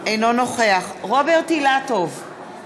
אינו נוכח רוברט אילטוב,